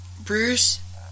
Bruce